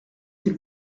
s’il